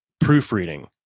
proofreading